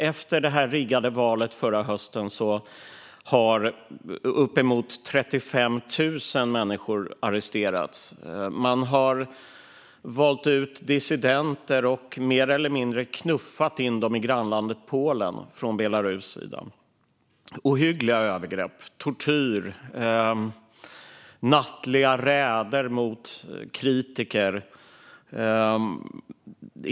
Efter det riggade valet förra hösten har uppemot 35 000 människor arresterats. Man har valt ut dissidenter och mer eller mindre knuffat in dem i grannlandet Polen från Belarus sida. Det är ohyggliga övergrepp, tortyr och nattliga räder mot kritiker.